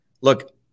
Look